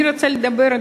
אני רוצה לדבר,